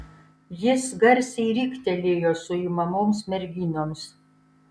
jis garsiai riktelėjo suimamoms merginoms